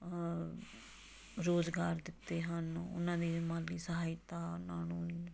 ਰੁਜ਼ਗਾਰ ਦਿੱਤੇ ਹਨ ਉਹਨਾਂ ਦੀ ਮਾਲੀ ਸਹਾਇਤਾ ਉਹਨਾਂ ਨੂੰ